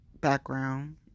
background